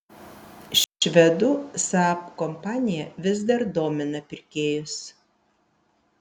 švedų saab kompanija vis dar domina pirkėjus